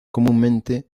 comúnmente